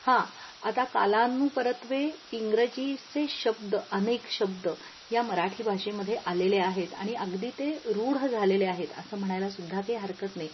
हां आता कालानुपरत्वे इंग्रजीचे शब्द अनेक शब्द या मराठी भाषेमध्ये आलेले आहेत आणि अगदी ते रूढ झालेले आहेत असं म्हणायला सुद्धा काही हरकत नाही